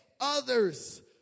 others